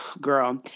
girl